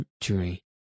century